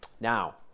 Now